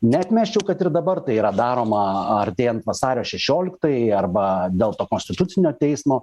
neatmesčiau kad ir dabar tai yra daroma artėjant vasario šešioliktajai arba dėl to konstitucinio teismo